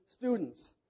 students